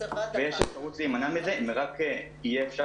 ויש אפשרות להימנע מזה אם רק יהיה אפשר